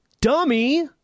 dummy